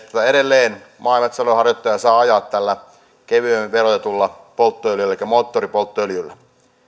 edelleen maa ja metsätalouden harjoittaja saa ajaa tällä kevyemmin verotetulla polttoöljyllä elikkä moottoripolttoöljyllä